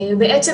בעצם,